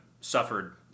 suffered